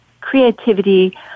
creativity